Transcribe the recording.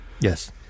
Yes